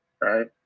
Right